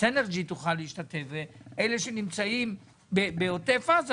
שסינרג'י תוכל להשתתף ואלה שנמצאים בעוטף עזה,